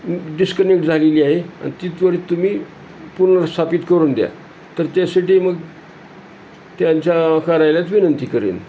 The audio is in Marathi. डिस्कनेक्ट झालेली आहे आणि ती त्वरित तुम्ही पुूर्नस्थापित करून द्या तर त्यासाठी मग त्यांच्या कार्यालयात विनंती करेन